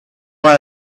why